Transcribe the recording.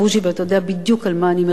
ואתה יודע בדיוק על מה אני מרמזת.